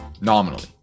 nominally